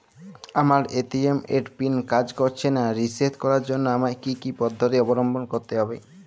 আমার এ.টি.এম এর পিন কাজ করছে না রিসেট করার জন্য আমায় কী কী পদ্ধতি অবলম্বন করতে হবে?